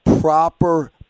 proper